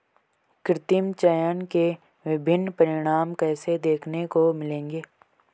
कृत्रिम चयन के विभिन्न परिणाम कैसे देखने को मिलेंगे?